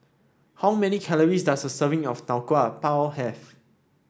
how many calories does a serving of Tau Kwa Pau have